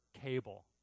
cable